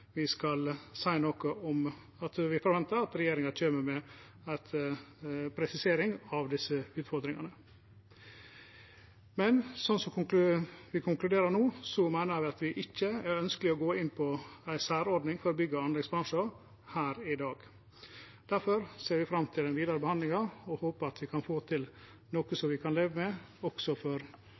presisering av desse utfordringane. Men som vi konkluderer no, meiner eg at vi ikkje ønskjer å gå inn på ei særordning for bygg- og anleggsbransjen her i dag. Difor ser vi fram til den vidare behandlinga og håper at vi kan få til noko som vi kan leve med – for bygg- og anleggsbransjen, men også for